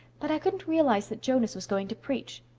but i couldn't realize that jonas was going to preach.